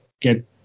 get